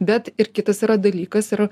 bet ir kitas yra dalykas yra